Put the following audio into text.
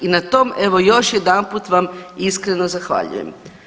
I na tom evo još jedanput vam iskreno zahvaljujem.